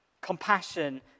Compassion